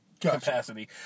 capacity